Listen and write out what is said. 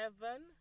seven